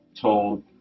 told